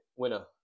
winner